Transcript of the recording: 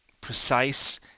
precise